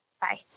Bye